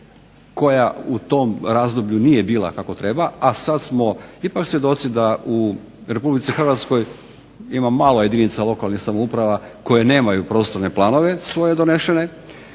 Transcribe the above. koja u tom razdoblju nije bila kako treba, a sad smo ipak svjedoci da u Republici Hrvatskoj ima malo jedinica lokalnih samouprava koje nemaju prostorne planove svoje donešene.